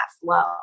flow